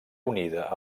unida